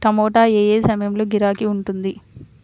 టమాటా ఏ ఏ సమయంలో గిరాకీ ఉంటుంది?